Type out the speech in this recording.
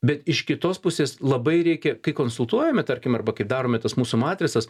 bet iš kitos pusės labai reikia kai konsultuojame tarkim arba kai darome tas mūsų matricas